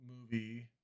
movie